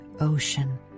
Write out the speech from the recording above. ocean